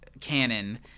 canon